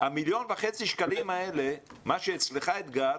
ה-1,500,000 ₪ האלה מה שאצלך אתגר,